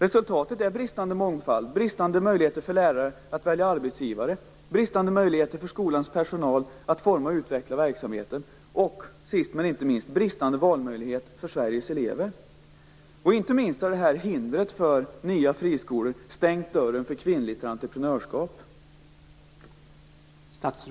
Resultatet är bristande mångfald, bristande möjligheter för lärare att välja arbetsgivare, bristande möjligheter för skolans personal att forma och utveckla verksamheten. Och - sist men inte minst - bristande valmöjligheter för Sveriges elever. Inte minst har hindret mot nya friskolor stängt dörren för kvinnligt entreprenörskap.